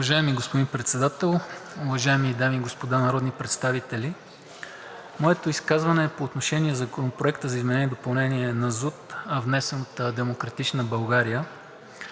Уважаеми господин Председател, уважаеми дами и господа народни представители! Моето изказване е по отношение на Законопроекта за изменение и допълнение на ЗУТ, внесен от „Демократична България“.